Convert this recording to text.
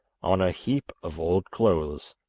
on a heap of old clothes.